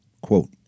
Quote